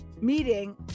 meeting